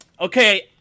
okay